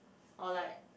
or like